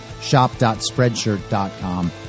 shop.spreadshirt.com